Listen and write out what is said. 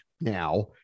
now